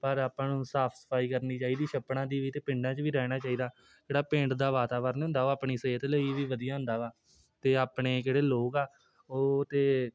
ਪਰ ਆਪਾਂ ਨੂੰ ਸਾਫ ਸਫਾਈ ਕਰਨੀ ਚਾਹੀਦੀ ਛੱਪੜਾਂ ਦੀ ਵੀ ਅਤੇ ਪਿੰਡਾਂ 'ਚ ਵੀ ਰਹਿਣਾ ਚਾਹੀਦਾ ਜਿਹੜਾ ਪਿੰਡ ਦਾ ਵਾਤਾਵਰਨ ਹੁੰਦਾ ਉਹ ਆਪਣੀ ਸਿਹਤ ਲਈ ਵੀ ਵਧੀਆ ਹੁੰਦਾ ਵਾ ਅਤੇ ਆਪਣੇ ਕਿਹੜੇ ਲੋਕ ਆ ਉਹ ਤਾਂ